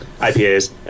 IPAs